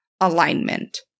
alignment